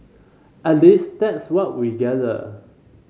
at least that's what we gather